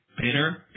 bitter